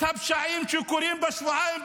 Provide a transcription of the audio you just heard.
את הפשעים שקורים בשבועיים,